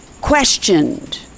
questioned